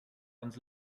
ans